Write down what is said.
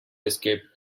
escape